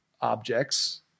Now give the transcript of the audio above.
objects